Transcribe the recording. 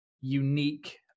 unique